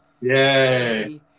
Yay